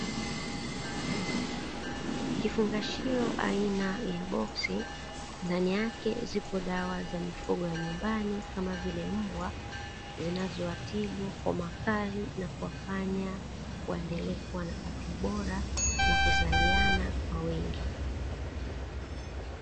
Kifungashio aina ya boksi, ndani yake zipo dawa za mifugo ya nyumbani kama vile mbwa, zinazowatibu kwa makali na kuwafanya waendelee kuwa na afya bora na kuzaliana kwa wingi.